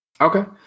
Okay